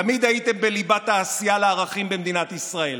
תמיד הייתם בליבת העשייה לערכים במדינת ישראל,